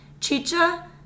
chicha